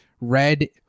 Red